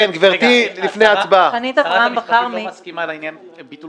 -- אז למה הקציבה לא --- שרת המשפטים לא מסכימה לעניין ביטול